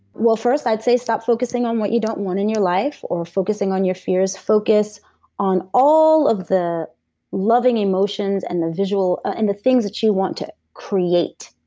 well, first, i'd say stop focusing on what you don't want in your life or focusing on your fears. focus on all of the loving emotions and the visual, and the things that you want to create.